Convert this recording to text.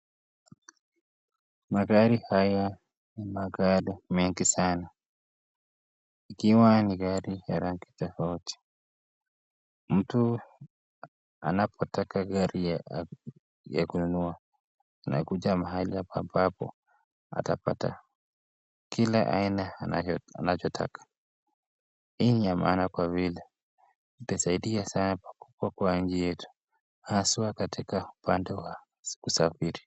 Magari haya ni magari mengi sana, ikiwa ni gari ya rangi tofauti. Mtu anapotaka gari ya kununua, anakuja mahali hapa ambapo atapata kila aina anachotaka. Hii ni ya maana kwa vile itasaidia sana pakubwa kwa nchi yetu haswa katika upande wa usafiri.